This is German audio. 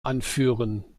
anführen